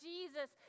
Jesus